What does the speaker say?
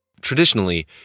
Traditionally